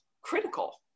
critical